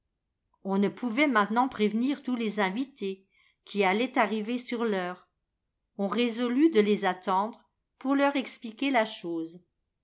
on ne pouvait maintenant prévenir tous les invités qui allaient arriver sur l'heure on résolut de les attendre pour leur expliquer la chose